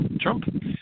Trump